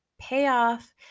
payoff